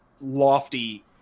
lofty